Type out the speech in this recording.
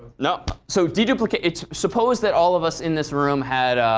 no. so deduplicate suppose that all of us in this room had,